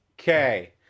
Okay